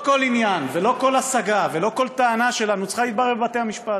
לא כל עניין ולא כל השגה ולא כל טענה שלנו צריכים להתברר בבתי-המשפט.